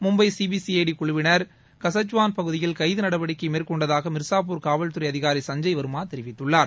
மும்பை சிபி சிறடி குழுவினர் கசக்வாள் பகுதியில் கைது நடவடிக்கை மேற்கொண்டதாக மிர்சாபூர் காவல் துறை அதிகாரி சஞ்சய் வர்மா தெரிவித்துள்ளார்